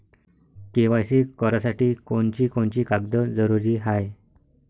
KYC करासाठी कोनची कोनची कागद जरुरी हाय?